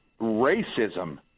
racism